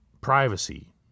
privacy